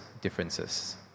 differences